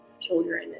children